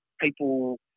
people